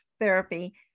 therapy